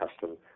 custom